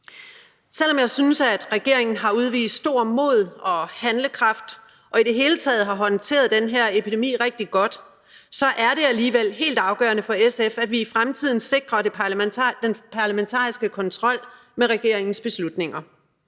Selv om jeg synes, at regeringen har udvist stort mod og handlekraft og i det hele taget har håndteret den her epidemi rigtig godt, så er det alligevel helt afgørende for SF, at vi i fremtiden sikrer den parlamentariske kontrol med regeringens beslutninger.